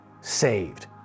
saved